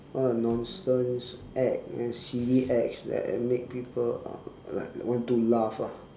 all the nonsense act and silly acts that make people uh like want to laugh ah